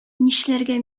нишләргә